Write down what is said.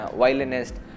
violinist